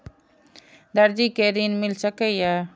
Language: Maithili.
दर्जी कै ऋण मिल सके ये?